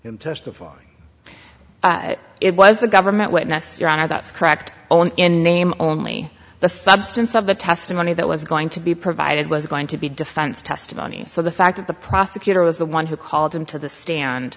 testified it was the government witness your honor that's correct only in name only the substance of the testimony that was going to be provided was going to be defense testimony so the fact that the prosecutor was the one who called him to the stand